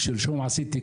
שלשום עשיתי כנס,